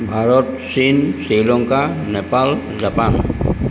ভাৰত চীন শ্ৰীলংকা নেপাল জাপান